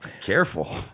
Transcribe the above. Careful